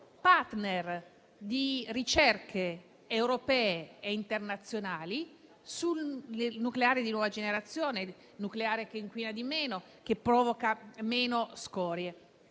*partner* di ricerche europee e internazionali sul nucleare di nuova generazione, nucleare che inquina di meno e provoca meno scorie.